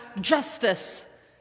justice